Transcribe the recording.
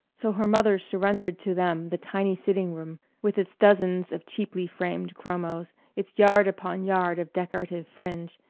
so her mother surrendered to them the tiny sitting room, with its dozens of cheaply framed chromos, its yard upon yard of decorative fringe,